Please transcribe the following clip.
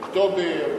אוקטובר,